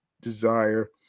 desire